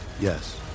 Yes